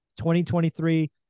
2023